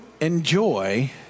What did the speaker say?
enjoy